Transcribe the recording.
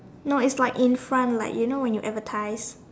no it's like in front like you know like when you advertise